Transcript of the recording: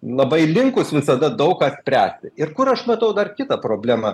labai linkus visada daug ką spręsti ir kur aš matau dar kitą problemą